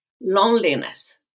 loneliness